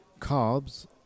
Carbs